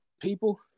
people